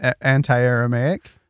anti-aramaic